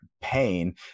pain